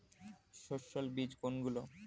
সস্যল বীজ কোনগুলো?